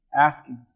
asking